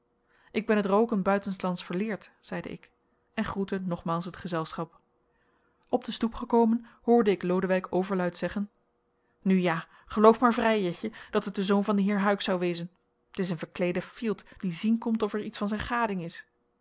ik ben het rooken buitenslands verleerd zeide ik en groette nogmaals het gezelschap op de stoep gekomen hoorde ik lodewijk overluid zeggen nu ja geloof maar vrij jetje dat het de zoon van den heer huyck zou wezen t is een verkleede fielt die zien komt of er iets van zijn gading is